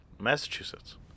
Massachusetts